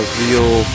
real